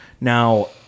Now